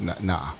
nah